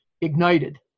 ignited